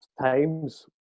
times